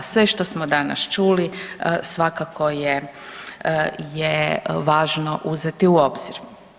Sve što smo danas čuli svakako je važno uzeti u obzir.